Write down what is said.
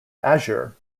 azure